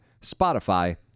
Spotify